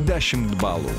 dešimt balų